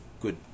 good